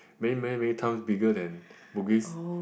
many many many towns bigger than Bugis